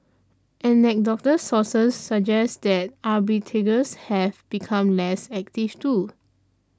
anecdotal sources suggest that arbitrageurs have become less active too